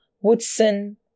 Woodson